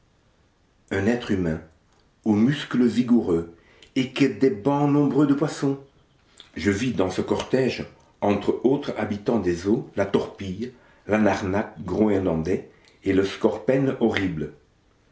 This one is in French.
un être humain aux muscles vigoureux et que des bancs nombreux de poissons je vis dans ce cortège entre autres habitants des eaux la torpille l'anarnak groënlandais et la scorpène horrible